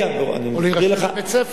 זה מקרה ייחודי, של יישובים חדשים.